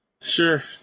Sure